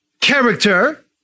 character